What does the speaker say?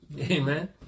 Amen